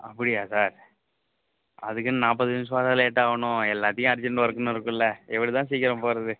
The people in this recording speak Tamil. அப்படியா சார் அதுக்கு இன்னும் நாற்பது நிமிஷமாவா லேட்டாகணும் எல்லாத்தையும் அர்ஜெண்ட் ஒர்க்குன்னு இருக்கும்ல எப்படிதான் சீக்கிரம் போகறது